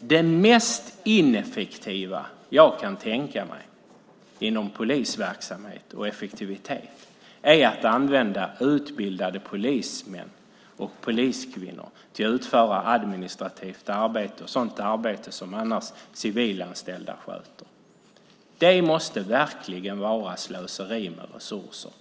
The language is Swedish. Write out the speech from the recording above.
det mest ineffektiva jag kan tänka mig inom polisverksamhet och effektivitet är att använda utbildade polismän och poliskvinnor till att utföra administrativt arbete och sådant arbete som civilanställda annars sköter. Det måste verkligen vara slöseri med resurser.